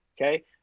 okay